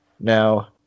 Now